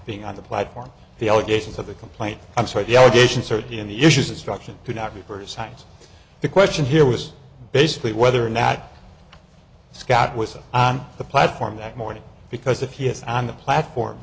being on the platform the allegations of the complaint i'm sorry the allegations are in the issues destruction to not reverse sides the question here was basically whether or not scott was on the platform that morning because if he is on the platform